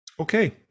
okay